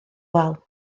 wal